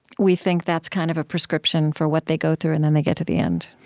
we think that's kind of a prescription for what they go through, and then they get to the end.